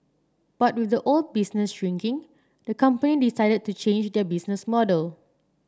but with the old business shrinking the company decided to change their business model